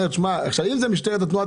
זאת משטרת התנועה,